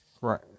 Right